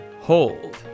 hold